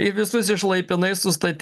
į visus išlaipinai sustatei